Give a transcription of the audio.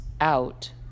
out